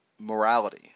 Morality